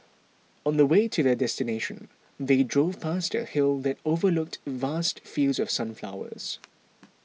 on the way to their destination they drove past a hill that overlooked vast fields of sunflowers